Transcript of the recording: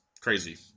crazy